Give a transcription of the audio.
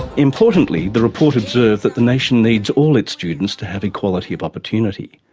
importantly the report observed that the nation needs all its students to have equality of opportunity.